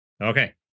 Okay